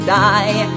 die